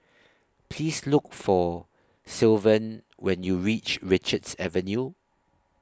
Please Look For Sylvan when YOU REACH Richards Avenue